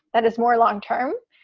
that is more long term,